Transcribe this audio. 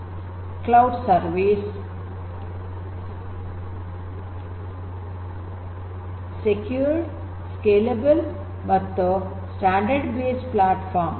Honeywell cloud service secured scalable ಮತ್ತು standard based platform